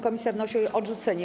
Komisja wnosi o jej odrzucenie.